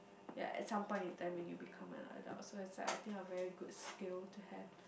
ya at some point in time when you become an adult so it's like I think a very good skill to have